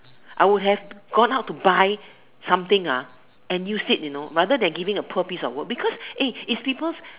I would have gone out to buy something ah and use it you know rather than giving a poor piece of work because eh if people